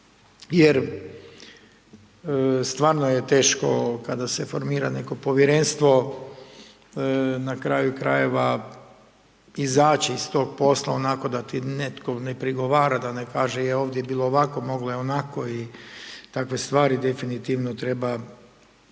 Jer stvarno je teško kada se formira neko povjerenstvo, na kraju krajeva izaći iz tog posla onako da ti netko ne prigovara, da ne kaže je ovdje je bilo ovako, moglo je onako i takve stvari definitivno treba